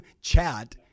chat